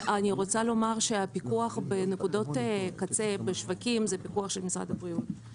הפיקוח בנקודות קצה בשווקים הוא פיקוח של משרד הבריאות.